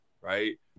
right